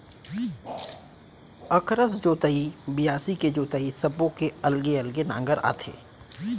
अकरस जोतई, बियासी के जोतई सब्बो के अलगे अलगे नांगर आथे